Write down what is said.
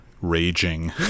raging